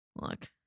Look